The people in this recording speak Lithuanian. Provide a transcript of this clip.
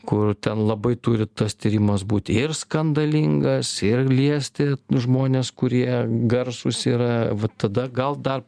kur ten labai turi tas tyrimas būti ir skandalingas ir liesti žmones kurie garsūs yra va tada gal dar